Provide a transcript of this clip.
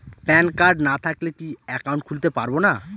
Pan card না থাকলে কি একাউন্ট খুলতে পারবো না?